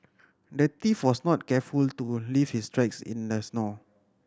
the thief was not careful to leave his tracks in the snow